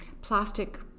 plastic